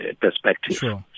perspective